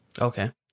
Okay